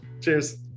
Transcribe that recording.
Cheers